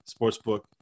Sportsbook